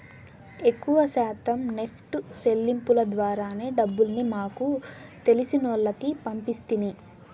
ఎక్కవ శాతం నెప్టు సెల్లింపుల ద్వారానే డబ్బుల్ని మాకు తెలిసినోల్లకి పంపిస్తిని